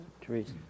Teresa